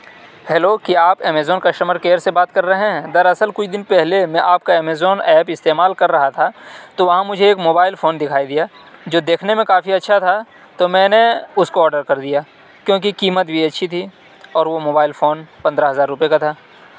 hello کیا آپ Amazon customer care سے بات کر رہے ہیں دراصل کچھ دن پہلے میں آپ کا ایمیزون ایپ استعمال کر رہا تھا تو وہاں مجھے ایک موبائل فون دکھائی دیا جو دیکھنے میں کافی اچھا تھا تو میں نے اس کو آڈر کر دیا کیونکہ قیمت بھی اچھی تھی اور وہ موبائل فون پندرہ ہزار روپئے کا تھا